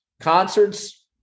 Concerts